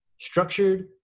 structured